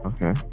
Okay